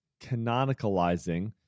canonicalizing